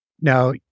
Now